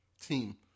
Team